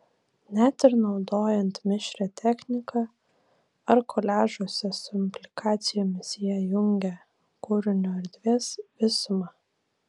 net ir naudojant mišrią techniką ar koliažuose su implikacijomis jie jungia kūrinio erdvės visumą